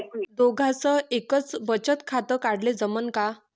दोघाच एकच बचत खातं काढाले जमनं का?